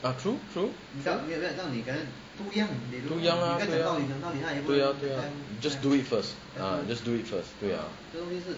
ah true true too young ah 对 ah 对 ah 对 ah just do it first ah just do it first 对 ah